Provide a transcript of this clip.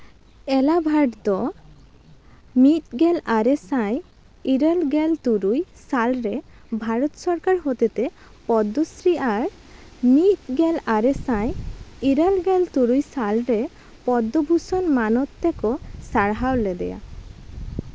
ᱮᱞᱟᱵᱷᱟᱴ ᱫᱚ ᱢᱤᱫᱜᱮᱞ ᱟᱨᱮ ᱥᱟᱭ ᱤᱨᱟᱹᱞ ᱜᱮᱞ ᱛᱩᱨᱩᱭ ᱥᱟᱞ ᱨᱮ ᱵᱷᱟᱨᱚᱛ ᱥᱚᱨᱠᱟᱨ ᱦᱚᱛᱮ ᱛᱮ ᱯᱚᱫᱽᱫᱚᱥᱨᱤ ᱟᱨ ᱢᱤᱫᱜᱮᱞ ᱟᱨᱮ ᱥᱟᱭ ᱤᱨᱟᱹᱞ ᱜᱮᱞ ᱛᱩᱨᱩᱭ ᱥᱟᱞ ᱨᱮ ᱯᱚᱫᱽᱫᱚᱵᱷᱩᱥᱚᱱ ᱢᱟᱱᱚᱛ ᱛᱮᱠᱚ ᱥᱟᱨᱦᱟᱣ ᱞᱮᱫᱮᱭᱟ